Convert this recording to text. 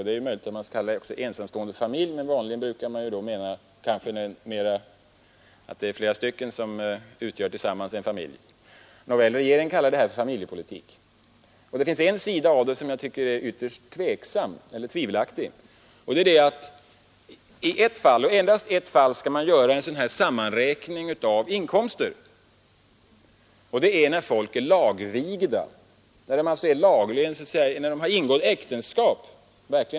Det är möjligt att man kan kalla det för familj, men vanligen brukar man mena att det är flera personer som tillsammans utgör en familj. Nåväl, regeringen kallar detta för familjepolitik. Det finns en sida av denna s.k. familjepolitik som jag tycker är tvivelaktig, och det är att i endast ett fall skall man göra en sammanräkning av inkomsterna, och det är om folk är lagvigda, dvs. när de verkligen har ingått äktenskap.